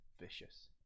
vicious